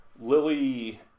Lily